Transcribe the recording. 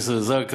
ג'סר א-זרקא,